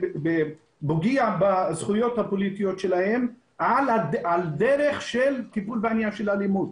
פוגע בזכויות הפוליטיות שלהם על דרך של טיפול בעניין של אלימות.